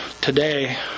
today